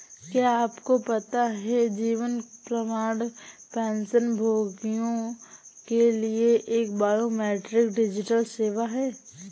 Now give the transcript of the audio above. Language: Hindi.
क्या आपको पता है जीवन प्रमाण पेंशनभोगियों के लिए एक बायोमेट्रिक डिजिटल सेवा है?